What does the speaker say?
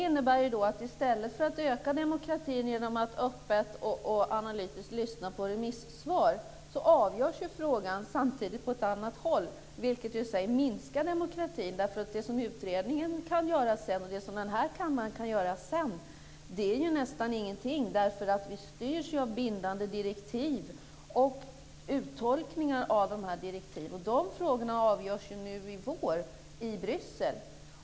I stället för att öka demokratin genom att öppet och analytiskt lyssna på remissvar avgörs frågan alltså samtidigt på annat håll, vilket i sig minskar demokratin. Vad utredningen och kammaren sedan kan göra är ju nästan ingenting eftersom vi styrs av bindande direktiv och uttolkningar av direktiven. De frågorna avgörs nu i vår i Bryssel.